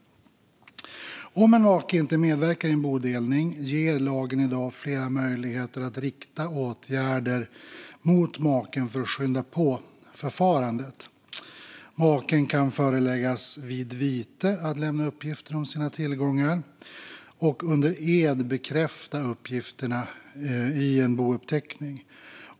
Om en make inte medverkar i en bodelning ger lagen i dag flera möjligheter att rikta åtgärder mot maken för att skynda på förfarandet. Maken kan föreläggas vid vite att lämna uppgifter om sina tillgångar och under ed bekräfta uppgifterna i en bouppteckning.